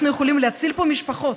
אנחנו יכולים להציל פה משפחות.